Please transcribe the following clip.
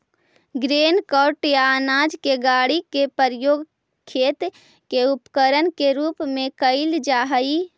grain cart या अनाज के गाड़ी के प्रयोग खेत के उपकरण के रूप में कईल जा हई